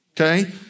Okay